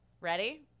Ready